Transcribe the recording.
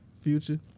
Future